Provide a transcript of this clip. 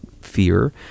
fear